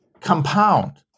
compound